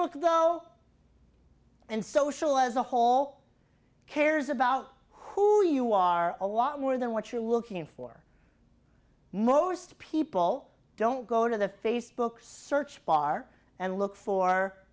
k though and social as a whole cares about who you are a lot more than what you're looking for most people don't go to the facebook search bar and look for